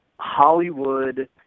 Hollywood